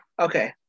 okay